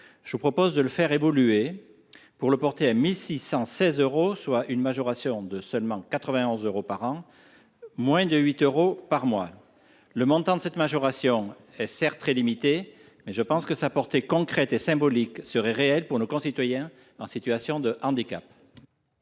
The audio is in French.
je vous propose de le faire évoluer pour le porter à 1 616 euros, soit une majoration de seulement 91 euros par an et de moins de 8 euros par mois. Le montant de cette majoration est certes très limité, mais sa portée concrète et symbolique serait réelle pour nos concitoyens en situation de handicap.